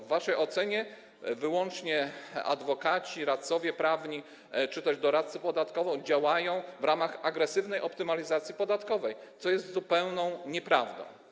W waszej ocenie wyłącznie adwokaci, radcowie prawni czy też doradcy podatkowi działają w ramach agresywnej optymalizacji podatkowej, co jest zupełną nieprawdą.